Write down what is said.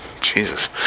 jesus